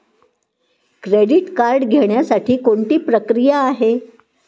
Credit card घेण्यासाठी कोणती प्रक्रिया आहे?